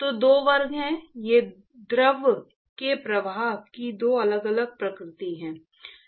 तो दो वर्ग हैं ये द्रव के प्रवाह की दो अलग अलग प्रकृति हैं